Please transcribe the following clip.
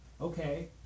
Okay